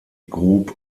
group